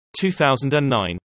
2009